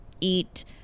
eat